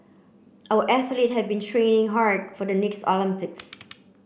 our athlete have been training hard for the next Olympics